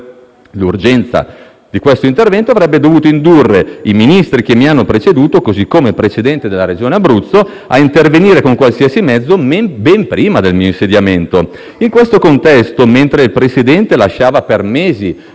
L'urgenza di questo intervento avrebbe dovuto indurre i Ministri che mi hanno preceduto, così come il Presidente della Regione Abruzzo, a intervenire con qualsiasi mezzo, ben prima del mio insediamento. In questo contesto, mentre il Presidente lasciava per mesi